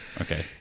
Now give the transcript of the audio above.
Okay